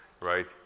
right